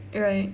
right